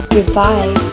Goodbye